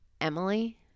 Emily